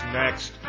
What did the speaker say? next